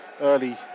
early